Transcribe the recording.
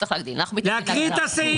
אנחנו מתנגדים להגדלה.